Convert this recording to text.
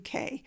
UK